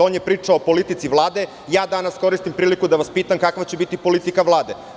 On je pričao o politici Vlade, ja danas koristim priliku da vas pitak kakva će biti politika Vlade.